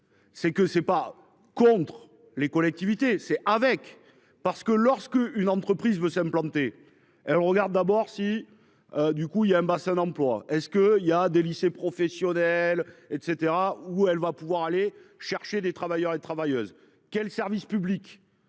C'est que c'est pas contre les collectivités. C'est avec parce que lorsque une entreprise veut s'implanter. Regarde d'abord si. Du coup, il y a un bassin d'emploi, est-ce que il y a des lycées professionnels et cetera où elle va pouvoir aller chercher des travailleurs et travailleuses quel service public.